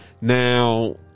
Now